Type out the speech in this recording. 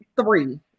three